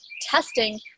testing